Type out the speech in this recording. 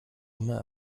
immer